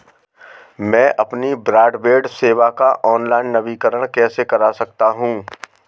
मैं अपनी ब्रॉडबैंड सेवा का ऑनलाइन नवीनीकरण कैसे कर सकता हूं?